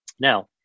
Now